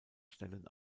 stellen